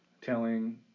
telling